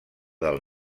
del